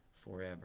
forever